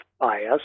bias